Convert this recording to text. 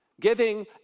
Giving